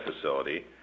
facility